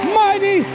mighty